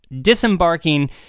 disembarking